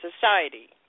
society